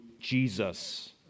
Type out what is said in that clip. Jesus